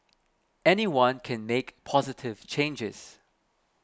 anyone can make positive changes